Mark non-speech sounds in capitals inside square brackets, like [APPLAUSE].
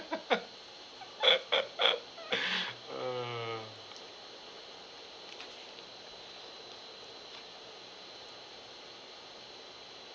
[LAUGHS]